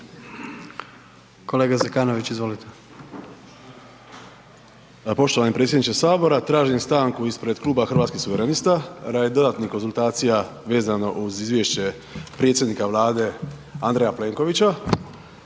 **Zekanović, Hrvoje (HRAST)** Poštovani predsjedniče HS, tražim stanku ispred Kluba hrvatskih suverenista radi dodatnih konzultacija vezano uz izvješće predsjednika Vlade Andreja Plenkovića.